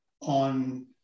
on